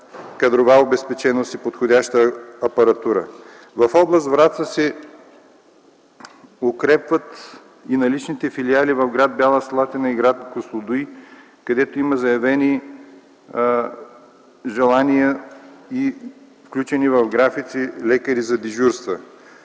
кадрова обезпеченост и подходяща апаратура. В област Враца се укрепват и наличните филиали в гр. Бяла Слатина и гр. Козлодуй, където има заявени желания и включени в графици лекари за дежурства.